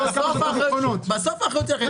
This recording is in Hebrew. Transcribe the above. בסוף האחריות שלכם.